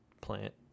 plant